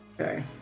Okay